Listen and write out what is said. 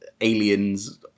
aliens